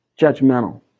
judgmental